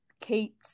Kate